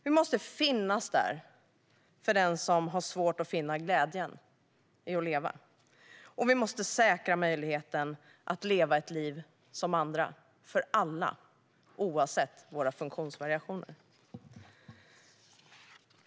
Vi måste finnas där för den som har svårt att finna glädjen i att leva. Och vi måste säkra möjligheten att leva ett liv som andra för alla, oavsett våra funktionsvariationer.